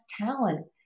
talent